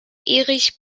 erich